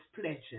pleasure